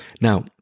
Now